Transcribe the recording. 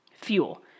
fuel